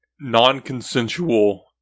non-consensual